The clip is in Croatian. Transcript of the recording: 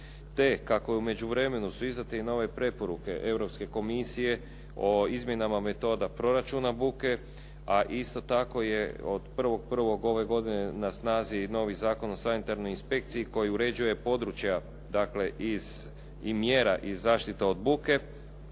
te kako je u međuvremenu su izdate i nove preporuke Europske komisije o izmjenama metoda proračuna buke, a isto tako je od 1. 1. ove godine na snazi novi Zakon o sanitarnoj inspekciji koji uređuje područja dakle i mjera iz zaštite od buke.